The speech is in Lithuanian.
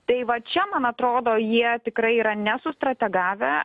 tai va čia man atrodo jie tikrai yra nesustrategavę